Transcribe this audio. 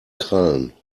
krallen